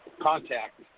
contact